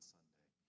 Sunday